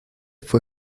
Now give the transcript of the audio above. fue